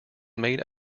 made